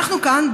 אנחנו כאן,